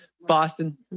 Boston